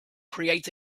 creates